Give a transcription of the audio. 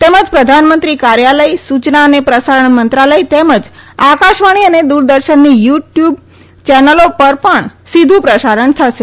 તેમજ પ્રધાનમંત્રી કાર્યાલય સુયના અને પ્રસારણ મંત્રાલય તેમજ આકાશવાણી અને દુરદર્શનની યુ ટયુબ ચેનલો પર પણ સીધુ પ્રસારણ થશે